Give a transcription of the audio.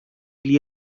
gli